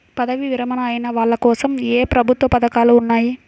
పదవీ విరమణ అయిన వాళ్లకోసం ఏ ప్రభుత్వ పథకాలు ఉన్నాయి?